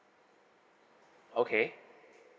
okay